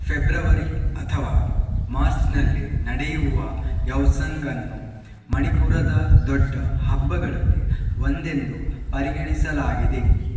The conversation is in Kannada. ಫೆಬ್ರವರಿ ಅಥವಾ ಮಾರ್ಚ್ನಲ್ಲಿ ನಡೆಯುವ ಯೌಸಂಗನ್ನು ಮಣಿಪುರದ ದೊಡ್ಡ ಹಬ್ಬಗಳಲ್ಲಿ ಒಂದೆಂದು ಪರಿಗಣಿಸಲಾಗಿದೆ